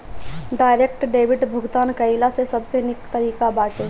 direct debit भुगतान कइला से सबसे निक तरीका बाटे